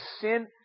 Sin